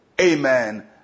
amen